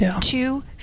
two